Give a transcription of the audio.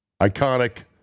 Iconic